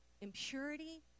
impurity